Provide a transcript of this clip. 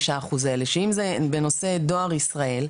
של החשכ"ל,